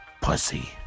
pussy